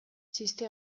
txiste